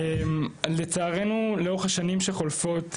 לצערנו לאורך השנים שחולפות,